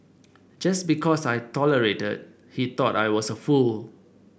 just because I tolerated he thought I was a fool